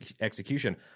execution